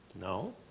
No